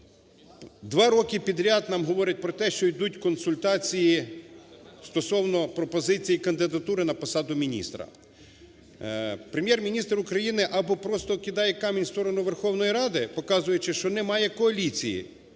Два роки підряд нам говорять про те, що ідуть консультації стосовно пропозицій кандидатури на посаду міністра. Прем'єр-міністр України або просто кидає камінь в сторону Верховної Ради, показуючи, що немає коаліції.